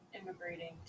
immigrating